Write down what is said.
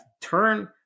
turn